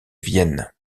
vienne